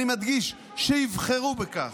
אני מדגיש, שיבחרו בכך,